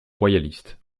royalistes